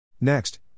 Next